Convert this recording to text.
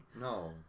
No